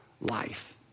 life